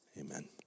Amen